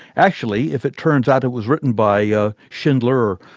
actually if it turns out it was written by yeah schindler,